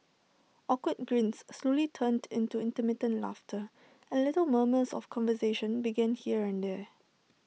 awkward grins slowly turned into intermittent laughter and little murmurs of conversation began here and there